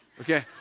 Okay